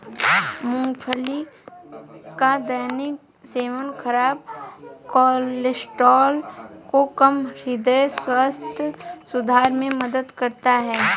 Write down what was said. मूंगफली का दैनिक सेवन खराब कोलेस्ट्रॉल को कम, हृदय स्वास्थ्य सुधार में मदद करता है